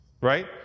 Right